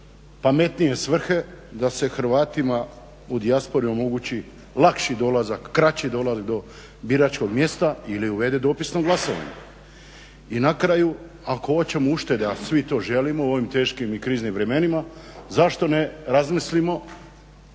pametnije svrhe, da se Hrvatima u dijaspori omogući lakši dolazak, kraći dolazak do biračkog mjesta ili uvede dopisno glasovanje. I na kraju, ako hoćemo uštede a svi to želimo u ovim teškim i kriznim vremenima, zašto ne razmislimo,